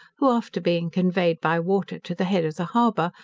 who, after being conveyed by water to the head of the harbour,